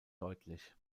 deutlich